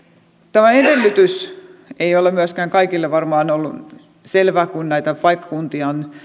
tämä edellytys ei ole myöskään varmaan kaikille ollut selvä kun näitä paikkakuntia on